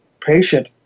patient